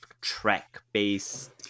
track-based